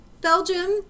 Belgium